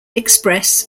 express